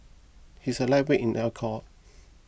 he is a lightweight in alcohol